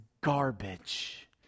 garbage